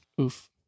Oof